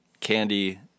candy